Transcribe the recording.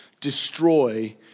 destroy